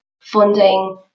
funding